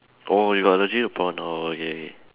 oh you got allergy to prawn oh okay okay